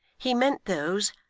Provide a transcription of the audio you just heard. he meant those.